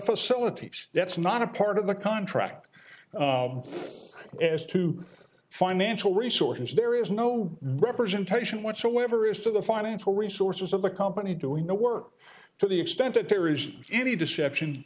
facility that's not a part of the contract as to financial resources there is no representation whatsoever as to the financial resources of the company doing the work to the extent that there is any deception